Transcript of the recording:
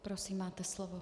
Prosím, máte slovo.